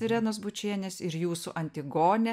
irenos bučienės ir jūsų antigonė